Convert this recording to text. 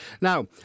Now